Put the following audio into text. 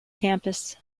campus